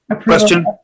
question